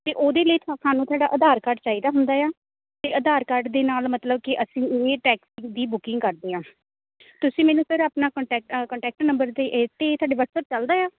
ਅਤੇ ਉਹਦੇ ਲਈ ਸਾਨੂੰ ਤੁਹਾਡਾ ਆਧਾਰ ਕਾਰਡ ਚਾਹੀਦਾ ਹੁੰਦਾ ਆ ਅਤੇ ਆਧਾਰ ਕਾਰਡ ਦੇ ਨਾਲ ਮਤਲਬ ਕਿ ਅਸੀਂ ਇਹ ਟੈਕਸੀ ਦੀ ਬੁਕਿੰਗ ਕਰਦੇ ਹਾਂ ਤੁਸੀਂ ਮੈਨੂੰ ਸਰ ਆਪਣਾ ਕੰਟੈਕ ਕੰਟੈਕਟ ਨੰਬਰ ਦੇ ਇਹ 'ਤੇ ਤੁਹਾਡੇ ਵਟਸਐਪ ਚਲਦਾ ਆ